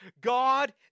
God